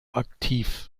aktiv